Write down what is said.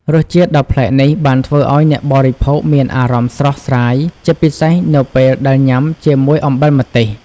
រសជាតិដ៏ប្លែកនេះបានធ្វើឲ្យអ្នកបរិភោគមានអារម្មណ៍ស្រស់ស្រាយ ជាពិសេសនៅពេលដែលញ៉ាំជាមួយអំបិលម្ទេស។